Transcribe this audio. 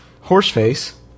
horse-face